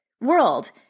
World